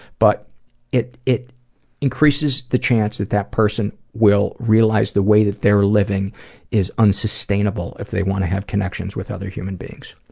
but it it increases the chance that that person will realize the way that they're living is unsustainable, if they want to have connections with other human beings.